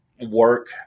work